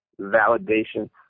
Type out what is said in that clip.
Validation